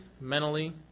mentally